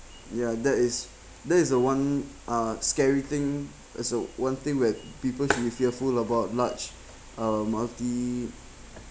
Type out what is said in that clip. ya that is that is the one uh scary thing also one thing where people should be fearful about large uh multi